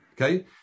Okay